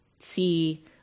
see